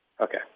Okay